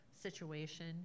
situation